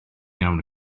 iawn